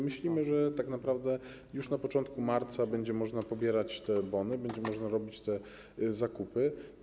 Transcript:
Myślimy, że tak naprawdę już na początku marca będzie można pobierać bony i będzie można robić zakupy.